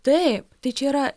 taip čia yra